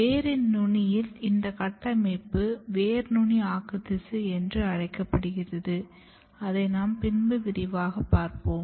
வேரின் நுனியில் இந்த கட்டமைப்பை வேர் நுனி ஆக்குத்திசு என்று அழைக்கப்படுகிறது அதை நாம் பின்பு விரிவாக பார்ப்போம்